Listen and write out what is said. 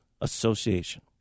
association